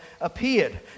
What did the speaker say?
appeared